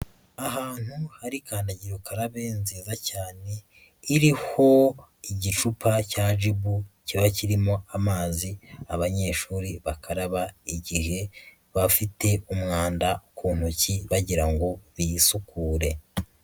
Ahantu hari kandagira ukarabe nziza cyane, iriho igicupa cya jibu kiba kirimo amazi abanyeshuri bakaraba igihe bafite umwanda ku ntoki bagira ngo bisukure.